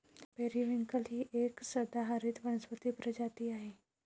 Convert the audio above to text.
periwinkle ही एक सदाहरित वनस्पती प्रजाती आहे